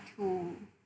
to